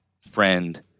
friend